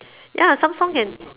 ya some song can